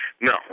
No